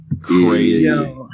Crazy